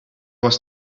was